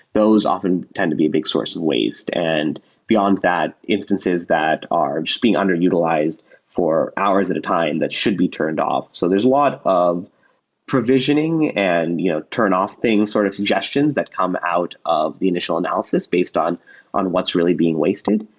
those often tend to be big source of waste. and beyond bad, instances that are just being underutilized for hours at a time that should be turned off. so there's lot of provisioning and you know turn off thing sort of suggestions that come out of the initial analysis based on on what's really being wasted.